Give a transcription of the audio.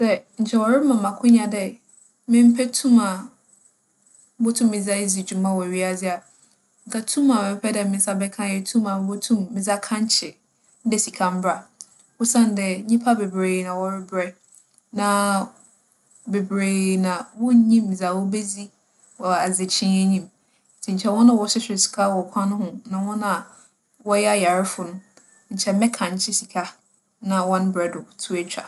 Sɛ nkyɛ wͻrema me akwannya dɛ mempɛ tum a mubotum dze edzi dwuma wͻ wiadze a, nka tum a mɛpɛ dɛ me nsa bɛka yɛ tum a motum medze akankye dɛ sika mbra. Osiandɛ, nyimpa beberee na wͻreberɛ, na beberee na wonnyim dza wobedzi wͻ adzekyee enyim. Ntsi nkyɛ hͻn a wͻserɛserɛ sika wͻ kwan ho na hͻn a wͻyɛ ayarfo no, nkyɛ mɛkankye sika na hͻn berɛ do to etwa.